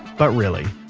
but really,